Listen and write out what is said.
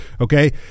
okay